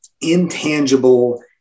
intangible